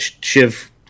Shiv